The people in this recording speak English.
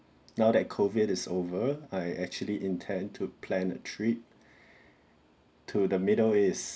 now that COVID is over I actually intend to plan a trip to the middle east